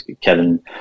Kevin